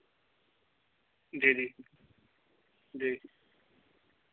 जी जी जी